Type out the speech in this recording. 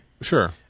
Sure